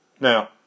Now